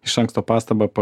iš anksto pastabą